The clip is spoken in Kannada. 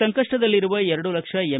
ಸಂಕಷ್ಟದಲ್ಲಿರುವ ಎರಡು ಲಕ್ಷ ಎಂ